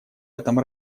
этом